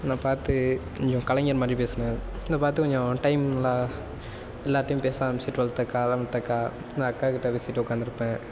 நான் பார்த்து கொஞ்சம் கலைஞர்மாதிரி பேசுவேன் என்ன பார்த்து கொஞ்சம் டைம்லாம் எல்லார்கிடையும் பேச ஆரம்பிச்சு டுவெல்த் அக்கா லெவன்த் அக்கா அக்காகிட்ட பேசிட்டு உட்காந்துருப்பேன்